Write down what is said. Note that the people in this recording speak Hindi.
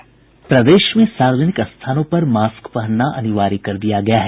प्रदेश में सार्वजनिक स्थानों पर मास्क पहनना अनिवार्य कर दिया गया है